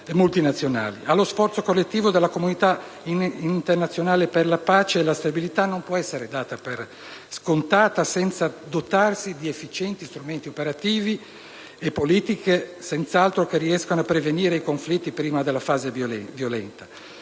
allo sforzo collettivo della comunità internazionale per la pace e la stabilità, non può essere data per scontata senza dotarsi di efficienti strumenti operativi e di politiche che riescano a prevenire i conflitti prima della fase violenta.